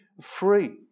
free